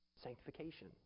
Sanctification